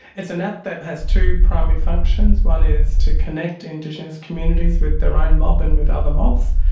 it's an app that has two primary functions, one is to connect indigenous communities with their own mob and with other mobs,